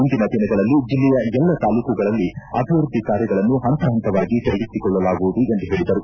ಮುಂದಿನ ದಿನಗಳಲ್ಲಿ ಜಿಲ್ಲೆಯ ಎಲ್ಲ ತಾಲೂಕುಗಳಲ್ಲಿ ಅಭಿವೃದ್ದಿ ಕಾರ್ಯಗಳನ್ನು ಹಂತಹಂತವಾಗಿ ಕೈಗೆತ್ತಿಕೊಳ್ಳಲಾಗುವುದು ಎಂದು ಹೇಳಿದರು